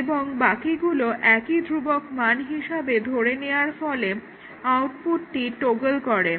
এবং বাকিগুলোকে একই ধ্রুবক মান হিসাবে ধরে নেওয়ার ফলে আউটপুটটি টোগল করে